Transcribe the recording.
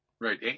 Right